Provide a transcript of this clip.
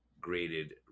graded